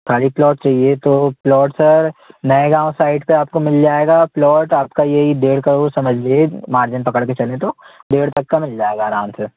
खाली प्लॉट चाहिये तो प्लॉट सर नए गाँव साइड पर आपको मिल जाएगा प्लॉट आपका यही डेढ़ करोड़ समझ लिए मार्जिन पकड़ कर चलें तो डेढ़ तक का मिल जाएगा आराम से